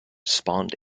spawned